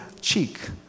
cheek